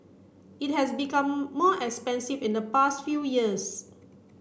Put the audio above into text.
it has become more expensive in the past few years